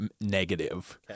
Negative